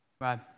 right